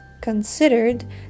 considered